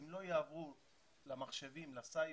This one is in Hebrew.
אם לא יעברו למחשבים, לסייבר,